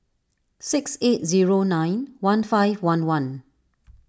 six eight zero nine one five one one